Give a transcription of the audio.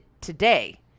today